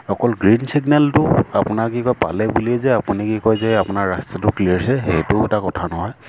অকল গ্ৰীণ ছিগনেলটো আপোনাৰ কি কয় পালে বুলিয়ে যে আপুনি কি কয় যে আপোনাৰ ৰাস্তাটো ক্লিয়াৰ হৈছে সেইটো এটা কথা নহয়